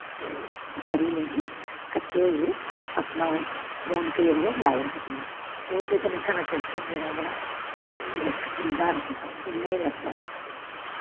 सारी लेडिस कट्ठी होइयै अपनी जेह्ड़ी ओह् रोनक लाई रखदियां न ते उसदे कन्नै साढ़े कल्चर जेह्ड़ा बड़ा ओह् इक जींदा रौंह्दा ऐ सुनने गी लभदा ऐ